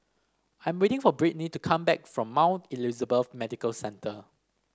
I am waiting for Brittnee to come back from Mount Elizabeth Medical Centre